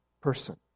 person